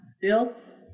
builds